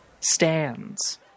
stands